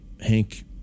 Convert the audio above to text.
Hank